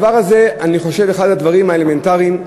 אני חושב שזה אחד הדברים האלמנטריים.